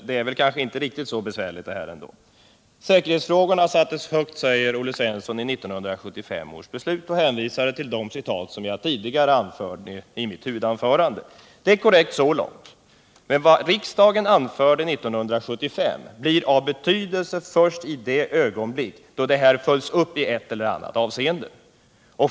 Herr talman! Det är väl inte så besvärligt det här, Olle Svensson. Vid 1975 års beslut sattes säkerhetsfrågorna högt, som framgår av de citat jag tidigare tog upp i mitt huvudanförande. Olle Svensson hänvisar till detta, och så långt är det korrekt. Men vad riksdagen anförde 1975 blir av betydelse först i det ögonblick då detta följs upp i ett eller annat avseende.